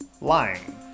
lying